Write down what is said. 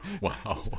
Wow